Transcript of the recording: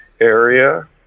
area